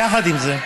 יחד עם זה,